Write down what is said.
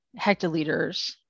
hectoliters